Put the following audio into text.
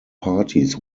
parties